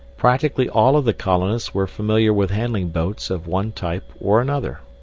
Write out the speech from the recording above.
practically all of the colonists were familiar with handling boats of one type or another.